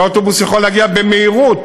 והאוטובוס יכול להגיע במהירות,